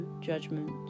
judgment